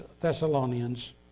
Thessalonians